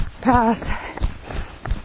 Passed